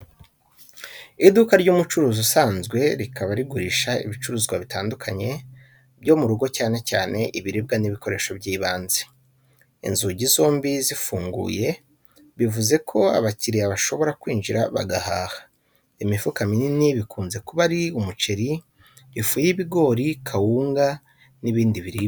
Iduka ry’ubucuruzi rusange rikaba rigurisha ibicuruzwa bitandukanye byo mu rugo cyane cyane ibiribwa n’ibikoresho by'ibanze. Inzugi zombi zifunguye, bivuze ko abakiriya bashobora kwinjira bagahaha. Imifuka minini bikunze kuba ari umuceri, ifu y’ibigori, kawunga, n’ibindi biribwa.